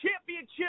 championship